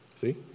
See